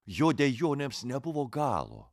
jo dejonėms nebuvo galo